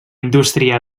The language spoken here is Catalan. indústria